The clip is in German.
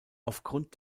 aufgrund